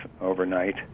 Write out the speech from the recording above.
overnight